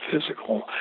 physical